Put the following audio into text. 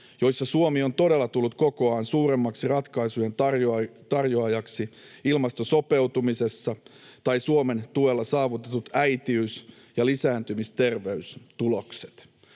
jossa Suomi on todella tullut kokoaan suuremmaksi ratkaisujen tarjoajaksi ilmastosopeutumisessa, tai Suomen tuella saavutetut äitiys- ja lisääntymisterveystulokset.